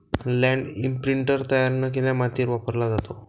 land imprinter तयार न केलेल्या मातीवर वापरला जातो